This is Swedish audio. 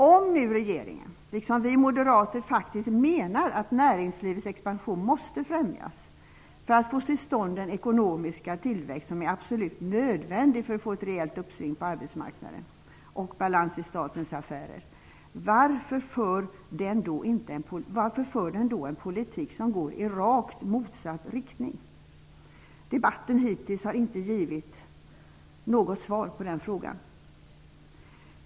Om nu regeringen, liksom vi moderater, faktiskt menar att näringslivets expansion måste främjas för att få till stånd den ekonomiska tillväxt som är absolut nödvändig för att få ett rejält uppsving på arbetsmarknaden och, kan jag lägga till, balans i statens affärer, varför för den då en politik som går i rakt motsatt riktning? Debatten hittills har inte givit något svar på den frågan.